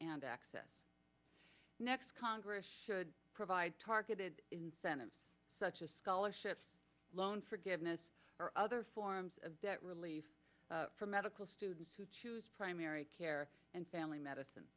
and access the next congress should provide targeted incentives such as scholarships loan forgiveness or other forms of debt relief for medical students who choose primary care and family medicine